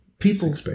People